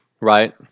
right